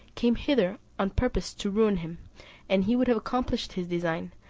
came hither on purpose to ruin him and he would have accomplished his design,